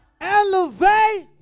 elevate